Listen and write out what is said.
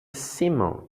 simum